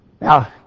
Now